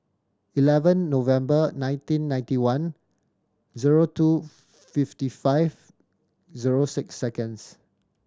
eleven November nineteen ninety one zero two fifty five zero six seconds